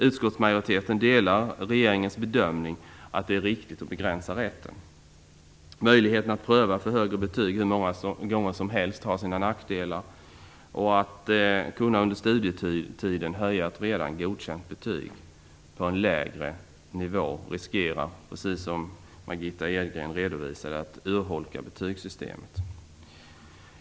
Utskottsmajoriteten delar regeringens bedömning att det är riktigt att begränsa rätten. Möjligheten att pröva för högre betyg hur många gånger som helst har sina nackdelar, och att under studietiden kunna höja ett redan godkänt betyg på en lägre nivå riskerar att urholka betygssystemet, precis som Margitta Edgren redovisade.